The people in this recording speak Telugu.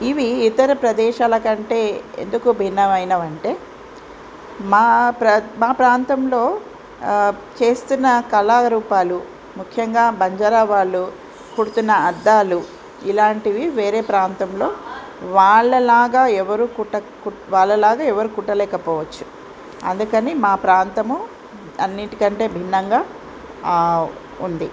ఇవి ఇతర ప్రదేశాల కంటే ఎందుకు భిన్నమైనవంటే మా ప్ర మా ప్రాంతంలో చేస్తున్న కళారూపాలు ముఖ్యంగా బంజారా వాళ్ళు కుడుతున్న అద్దాలు ఇలాంటివి వేరే ప్రాంతంలో వాళ్ళలాగ ఎవరూ కుట్ట కుట్ట వాళ్ళలాగ ఎవరూ కుట్టలేక పోవచ్చు అందుకని మా ప్రాంతము అన్నిటికంటే భిన్నంగా ఉంది